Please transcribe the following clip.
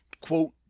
quote